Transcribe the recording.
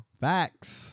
Facts